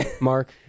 mark